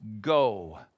Go